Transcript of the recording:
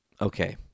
okay